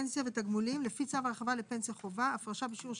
טור 1 טור 2 טור 3 טור 4 רכיבי